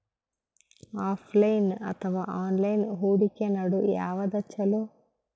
Offline ಅಥವಾ online ಹೂಡಿಕೆ ನಡು ಯವಾದ ಛೊಲೊ?